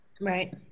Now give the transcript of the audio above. Right